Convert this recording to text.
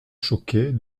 choquée